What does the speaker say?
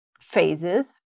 phases